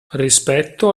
rispetto